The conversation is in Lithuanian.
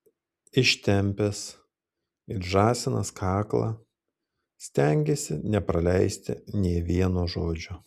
ištempęs it žąsinas kaklą stengėsi nepraleisti nė vieno žodžio